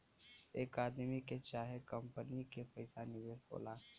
एक आदमी के चाहे कंपनी के पइसा निवेश होला